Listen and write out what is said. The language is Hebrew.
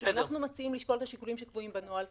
אנחנו מציעים לשקול את השיקולים שקבועים בנוהל,